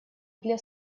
для